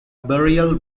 burial